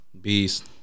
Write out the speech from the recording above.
Beast